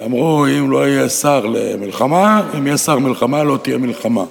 שאמרו שאם יהיה שר למלחמה לא תהיה מלחמה,